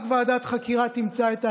רק ועדת חקירה תמצא את האשמים.